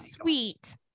sweet